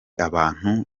abantu